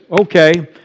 Okay